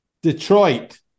Detroit